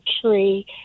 tree